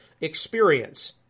experience